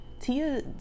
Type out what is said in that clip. Tia